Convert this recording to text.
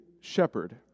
shepherd